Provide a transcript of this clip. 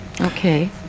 Okay